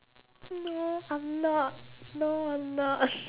no I'm not no I'm not